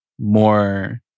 more